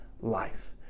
life